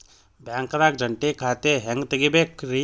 ಬ್ಯಾಂಕ್ದಾಗ ಜಂಟಿ ಖಾತೆ ಹೆಂಗ್ ತಗಿಬೇಕ್ರಿ?